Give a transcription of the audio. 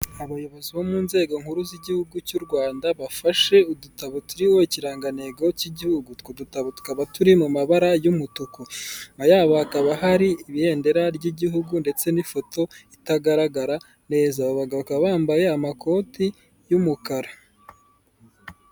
Abayobozi bo mu nzego nkuru z'igihugu cy'u Rwanda bafashe udutabo turiho ikirangantego cy'igihugu utwo dutabo tukaba turi mu mabara y'umutuku nyuma yabo hakaba hari ibendera ry'igihugu ndetse n'ifoto itagaragara neza bambaye amakoti y'umukara.